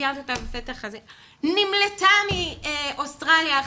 היא נמלטה מאוסטרליה לישראל,